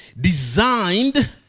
designed